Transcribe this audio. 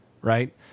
right